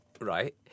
Right